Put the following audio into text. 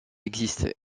exister